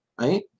right